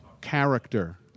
character